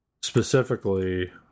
specifically